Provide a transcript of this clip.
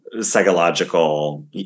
psychological